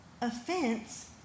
offense